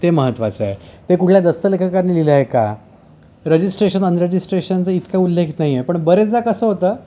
ते महत्त्वाचं आहे ते कुठल्या दस्तलेखकानी लिहिलं आहे का रजिस्ट्रेशन अनरजिस्ट्रेशनचं इतका उल्लेख नाही आहे पण बरेचदा कसं होतं